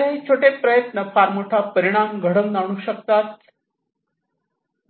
हे छोटे प्रयत्न फार मोठा परिणाम घडवून आणू शकतात